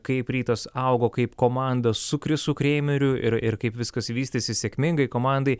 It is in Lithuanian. kaip rytas augo kaip komanda su krisu kreimeriu ir ir kaip viskas vystėsi sėkmingai komandai